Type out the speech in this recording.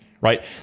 Right